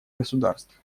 государств